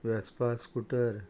Vespa scooter